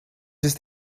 ist